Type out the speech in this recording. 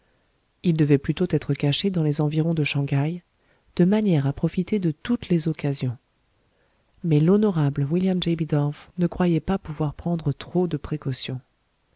il devait plutôt être caché dans les environs de shang haï de manière à profiter de toutes les occasions mais l'honorable william j bidulph ne croyait pas pouvoir prendre trop de précautions